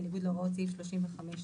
בניגוד להוראות סעיף 35(ד).